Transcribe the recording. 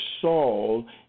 Saul